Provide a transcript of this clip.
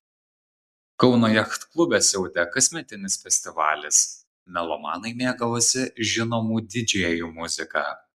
kauno jachtklube siautė kasmetinis festivalis melomanai mėgavosi žinomų didžėjų muzika